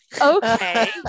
Okay